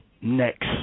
next